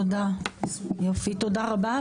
תודה רבה.